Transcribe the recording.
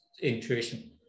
intuition